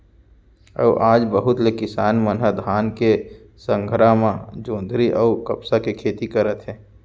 अउ आज बहुत ले किसान मन ह धान के संघरा म जोंधरी अउ कपसा के खेती करत हे